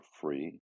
free